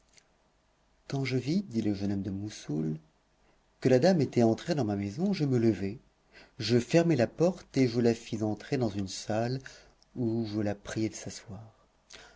quand je vis dit le jeune homme de moussoul que la dame était entrée dans ma maison je me levai je fermai la porte et je la fis entrer dans une salle où je la priai de s'asseoir